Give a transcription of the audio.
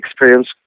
experience